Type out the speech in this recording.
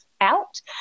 out